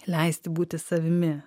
leisti būti savimi